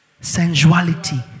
sensuality